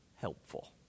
helpful